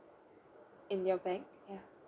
in your bank ya